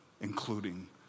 Including